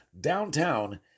downtown